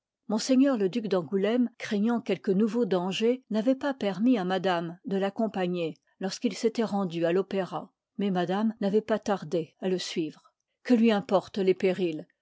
ms le duc d'angouléme craignant quelque nouveau danger n'avoit pas permis à madame de l'accompagner lorsqu'il s'étoit rendu à fop'era mais madame n'avoit pas tardé à le suivre que lui importent les périls